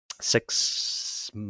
six